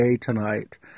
tonight